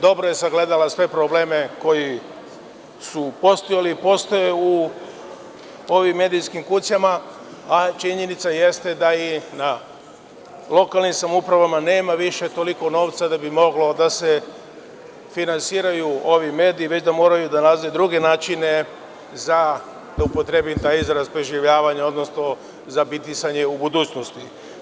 Dobro je sagledala sve probleme koji su postojali i postoje u ovim medijskim kućama, a činjenica jeste da i na lokalnim samoupravama nema više toliko novca da bi mogli da se finansiraju ovi mediji, već da moraju da nalaze druge načine za, da upotrebim taj izraz, preživljavanje, odnosno za bitisanje u budućnosti.